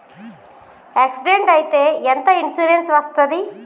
Accident అయితే ఎంత insurance వస్తది?